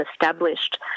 established